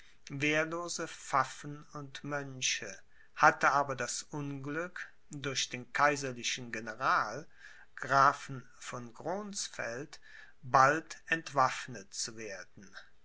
wehrlose pfaffen und mönche hatte aber das unglück durch den kaiserlichen general grafen von gronsfeld bald entwaffnet zu werden